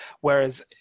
whereas